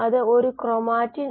ഇതാണ് നമ്മുടെ പ്രധാന ലക്ഷ്യം